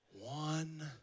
one